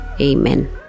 Amen